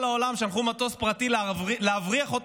כל העולם שלחו מטוס פרטי להבריח אותו